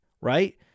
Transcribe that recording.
right